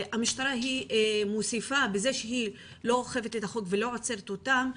המשטרה מוסיפה בזה שהיא לא אוכפת את החוק ולא עוצרת אותם,